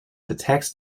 detects